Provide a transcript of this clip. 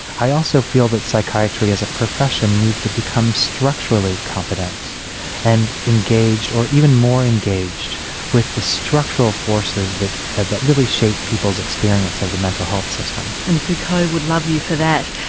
i also feel that psychiatry as a profession needs to become structurally competent and engaged, or even more engaged with the structural forces that that really shape people's experience of the mental health system. and foucault would love you for that.